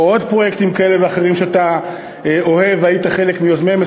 או לעוד פרויקטים כאלה ואחרים שאתה אוהב והיית חלק מיוזמיהם.